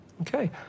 Okay